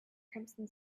crimson